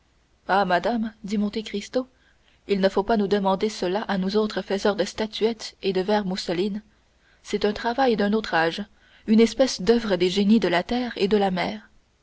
ah madame dit monte cristo il ne faut pas nous demander cela à nous autre faiseurs de statuettes et de verre mousseline c'est un travail d'un autre âge une espèce d'oeuvre des génies de la terre et de la mer